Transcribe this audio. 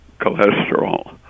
cholesterol